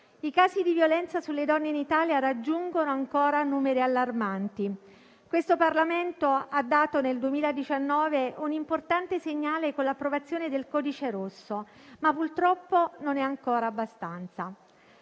I casi di violenza sulle donne in Italia raggiungono ancora numeri allarmanti. Questo Parlamento ha dato, nel 2019, un importante segnale con l'approvazione del codice rosso, ma purtroppo non è abbastanza.